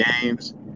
games